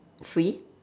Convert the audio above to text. free